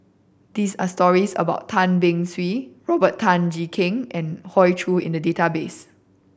there are stories about Tan Beng Swee Robert Tan Jee Keng and Hoey Choo in the database